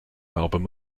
album